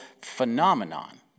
phenomenon